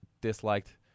disliked